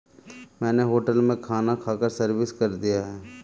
मैंने होटल में खाना खाकर सर्विस कर दिया है